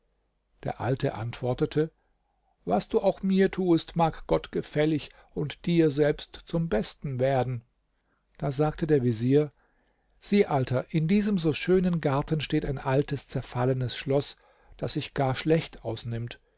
der alte antwortete was du auch mir tuest mag gott gefällig und dir selbst zum besten werden da sagte der vezier sieh alter in diesem so schönen garten steht ein altes zerfallenes schloß das sich gar schlecht ausnimmt